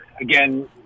again